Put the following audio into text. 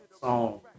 song